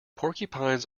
porcupines